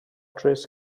dress